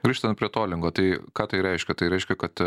grįžtant prie tolingo tai ką tai reiškia tai reiškia kad